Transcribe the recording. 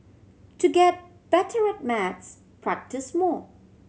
to get better at maths practise more